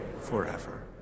forever